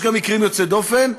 יש גם מקרים יוצאי דופן,